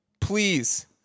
Please